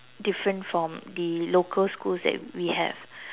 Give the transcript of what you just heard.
different from the local schools that we have